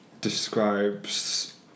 describes